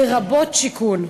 לרבות שיכון.